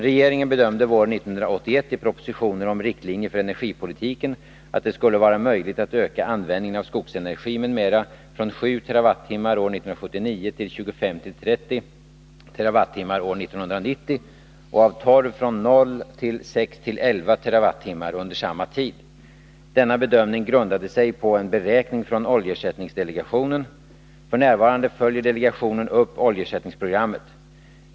Regeringen bedömde våren 1981 i propositionen om riktlinjer för energipolitiken att det skulle vara möjligt att öka användningen av skogsenergi, m.m. från 7 TWh år 1979 till 25-30 TWh år 1990 och av torv från 0 till 6-11 TWh under samma tid. Denna bedömning grundade sig på en beräkning från oljeersättningsdelegationen . F. n. följer delegationen upp oljeersättningsprogrammet.